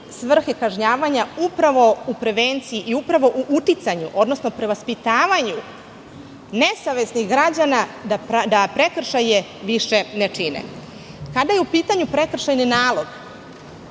svrhe kažnjavanja upravo u prevenciji i upravo u uticanju, odnosno prevaspitavanju nesavesnih građana da prekršaje više ne čine. Kada je u pitanju prekršajni nalog,